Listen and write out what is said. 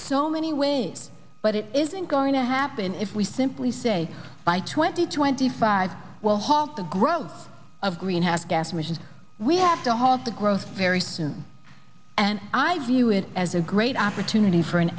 so many ways but it isn't going to happen if we simply say by twenty twenty five will halt the growth of greenhouse gas emissions we have to halt the growth very soon and i view it as a great opportunity for an